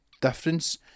difference